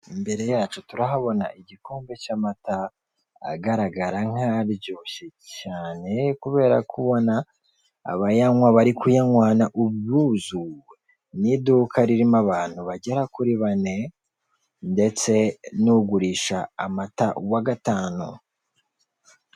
Imbere yacu turahabona igikombe cy'amata, agaragara nk'aryoshye cyane kubera kubona abayanywa, bari kuyanywana ubwuzu, ni iduka ririmo abantu bagera kuri bane ndetse n'ugurisha amata wa gatanu.